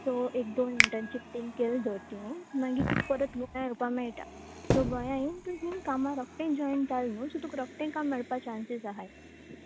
so एक दोन internship तिंगा केल्यो धर तूं मागीर तुका परत गोंया येवपा मेळटा सो गोंया येवन तुवें तूं खूंय कामा जोयन जाले न्हू सो तुका रोखडें काम मेळपा चान्सीस आसाय